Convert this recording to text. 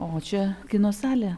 o čia kino salė